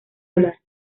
hablar